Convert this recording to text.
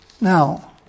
Now